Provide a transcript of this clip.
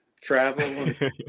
travel